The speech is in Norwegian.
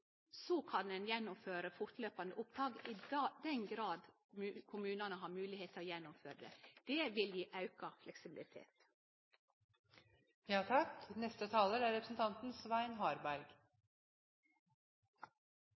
kan gjennomføre fortløpande opptak, i den grad kommunane har moglegheit til å gjennomføre det. Det vil gje auka